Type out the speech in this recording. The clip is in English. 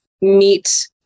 meet